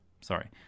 Sorry